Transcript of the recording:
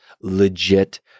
legit